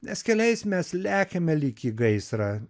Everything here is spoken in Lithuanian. nes keliais mes lekiame lyg į gaisrą